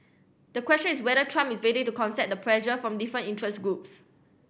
the question is whether Trump is ready to the pressure from different interest groups